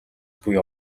буй